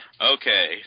Okay